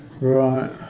Right